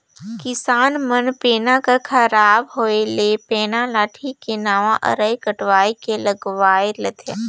किसान मन पैना कर खराब होए ले पैना लाठी मे नावा अरई कटवाए के लगवाए लेथे